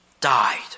died